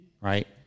Right